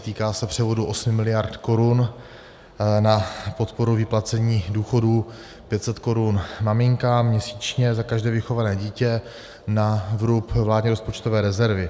Týká se převodu 8 mld. korun na podporu vyplácení důchodů, 500 korun maminkám měsíčně za každé vychované dítě na vrub vládní rozpočtové rezervy.